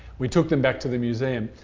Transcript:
we took them back to the museum.